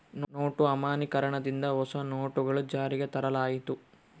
note ಅಮಾನ್ಯೀಕರಣ ದಿಂದ ಹೊಸ ನೋಟುಗಳು ಜಾರಿಗೆ ತರಲಾಯಿತು